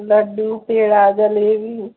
Laddu peda jalebi